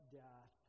death